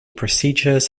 procedures